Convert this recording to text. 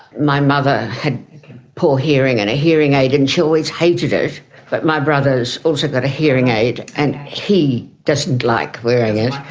my mother had poor hearing and a hearing aid and she always hated it but my brother also got a hearing aid and he doesn't like wearing it.